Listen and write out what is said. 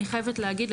אני חייבת להגיד,